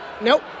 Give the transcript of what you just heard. Nope